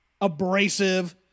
abrasive